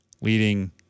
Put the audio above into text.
leading